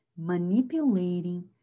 manipulating